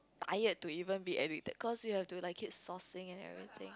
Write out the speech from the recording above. tired to even be addicted cause you have to like keep sourcing and everything